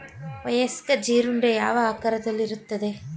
ವಯಸ್ಕ ಜೀರುಂಡೆ ಯಾವ ಆಕಾರದಲ್ಲಿರುತ್ತದೆ?